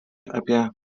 apie